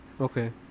Okay